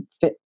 fit